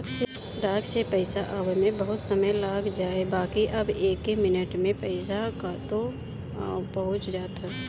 डाक से पईसा आवे में बहुते समय लाग जाए बाकि अब एके मिनट में पईसा कतो पहुंच जाता